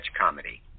comedy